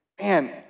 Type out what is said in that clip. man